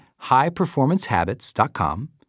highperformancehabits.com